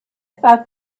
thought